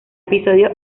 episodio